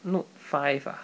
note five ah